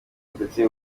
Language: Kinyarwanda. ndetse